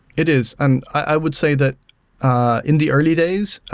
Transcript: it is, and i would say that ah in the early days,